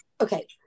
okay